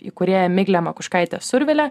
įkūrėja miglė makuškaite survile